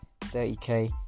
30k